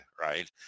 right